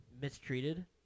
mistreated